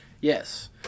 Yes